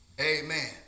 Amen